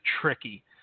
tricky